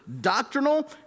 doctrinal